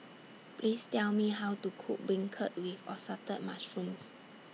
Please Tell Me How to Cook Beancurd with Assorted Mushrooms